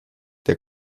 der